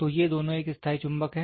तो ये दोनों एक स्थायी चुंबक हैं